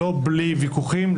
לא בלי ויכוחים,